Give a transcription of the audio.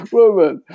woman